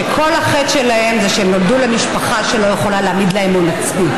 שכל החטא שלהם זה שהם נולדו למשפחה שלא יכולה להעמיד בשבילם הון עצמי,